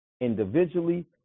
individually